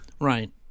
Right